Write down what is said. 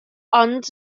ond